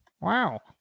Wow